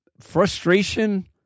frustration